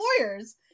lawyers